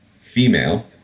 female